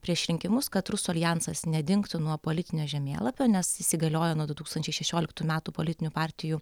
prieš rinkimus kad rusų aljansas nedingtų nuo politinio žemėlapio nes įsigaliojo nuo du tūkstančiai šešioliktų metų politinių partijų